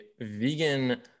vegan